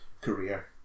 career